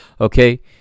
Okay